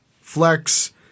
flex